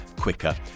quicker